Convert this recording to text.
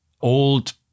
old